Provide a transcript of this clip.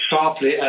sharply